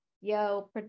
yo